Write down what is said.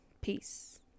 Peace